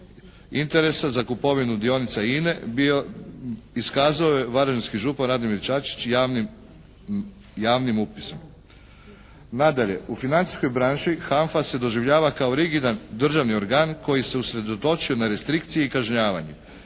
interesa za kupovinu dionica INA iskazao je varaždinski župan Radimir Čačić javnim upisom. Nadalje, u financijskoj branši HANFA se doživljava kao rigidan državni organ koji se je usredotočio na restrikcije i kažnjavanje,